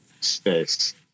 space